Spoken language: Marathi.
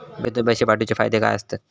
बँकेतून पैशे पाठवूचे फायदे काय असतत?